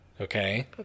okay